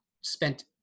spent